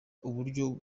uburyo